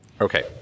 Okay